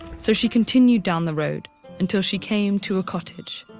so she continued down the road until she came to a cottage.